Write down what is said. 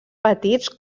petits